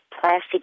plastic